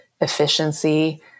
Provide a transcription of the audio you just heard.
efficiency